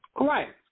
Right